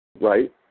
Right